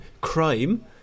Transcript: crime